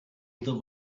the